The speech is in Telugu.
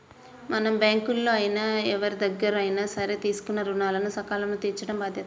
మనం బ్యేంకుల్లో అయినా ఎవరిదగ్గరైనా సరే తీసుకున్న రుణాలను సకాలంలో తీర్చటం బాధ్యత